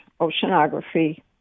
oceanography